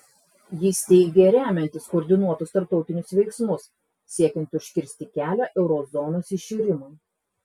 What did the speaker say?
jis teigė remiantis koordinuotus tarptautinius veiksmus siekiant užkirsti kelią euro zonos iširimui